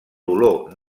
dolor